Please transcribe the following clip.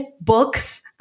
books